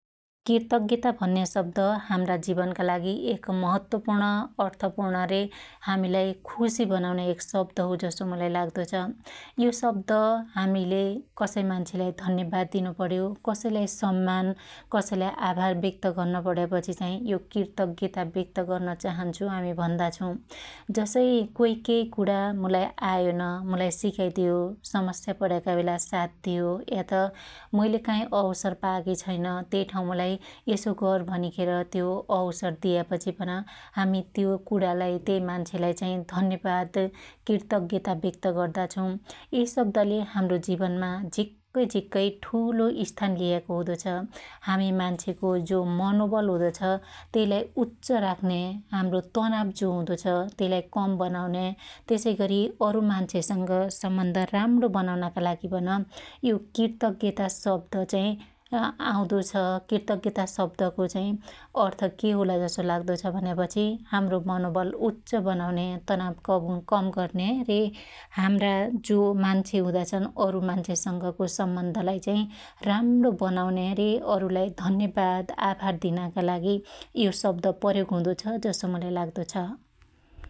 कृर्तज्ञता भन्या शब्द हाम्रा जीवनका लागि एक महत्वपुर्ण अर्थपुर्ण रे हामीलाई खुशी बनाउन्या एक शब्द हो जसो मुलाई लाग्दो छ । यो शब्द हामिले कसै मान्छेलाई धन्यवाद दिनु प्रयो, सकैलाई सम्मान, कसैलाई आभार व्यक्त्त्र गर्न पड्यापछि चाहि यो कृतज्ञता व्यक्त्त्त गर्न चाहन्छु हामि भन्दा छौ । जसै कोई केई कुणामुलाई आयोन मुलाई सिकाईदियो समस्या पण्याका बेला साथ दियो या त मैले काई अवसर पायाकि छैन त्यइ ठाँउ मुलाई यसो गर भनिखेर त्यो अवसर दियापछि पन हामि त्यो कुणालाई त्यई मान्छेलाई चाहि धन्यवाद कृर्तज्ञता व्यक्त्त गर्दा छौ । यई शब्दले हाम्रो जीवनमा झिक्कै झिक्कै ठुलो स्थान लियाको हुदो छ । हामि मान्छेको जो मनोबल जो हुदो छ त्यइलाई उच्च, हाम्रो तनाव जो हुदो छ त्यइलाई कम बनाउन्या त्यसैगरी अरु मान्छेसंग सम्बन्ध राम्रो बनाउनका लागि पनि यो कृर्तज्ञता शब्द चाहि अआउदो छ । किर्तज्ञता शब्दको चाहि अर्थ चाहि के होला जसो लाग्दो छ भन्यापछि हाम्रो मनोबल उच्च बनाउन्या तनाव कम गर्न्या रे हाम्रा जो मान्छे हुदाछन अरु मान्छे संगको सम्वन्धलाई चाहि राम्णो बनाउन्या रे अरुलाई धन्यवाद आभार दिनाका लागि यो शब्द प्रयोग हुदो छ जसो मुलाई लाग्दो छ ।